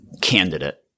candidate